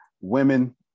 Women